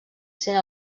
sent